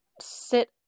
sit